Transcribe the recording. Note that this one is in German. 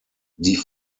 die